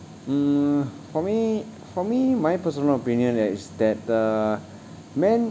mm for me for me my personal opinion is that uh men